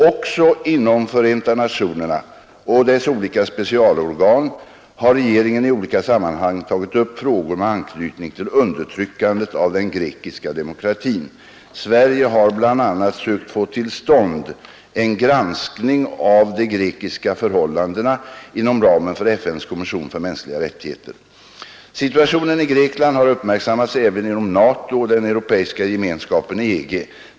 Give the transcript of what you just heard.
Också inom Förenta nationerna och dess olika specialorgan har regeringen i olika sammanhang tagit upp frågor med anknytning till undertryckandet av den grekiska demokratin. Sverige har bl.a. sökt få till stånd en granskning av de grekiska förhållandena inom ramen för FN:s kommission för mänskliga rättigheter. Situationen i Grekland har uppmärksammats även inom NATO och den europeiska gemenskapen, EG.